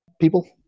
people